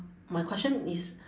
my question is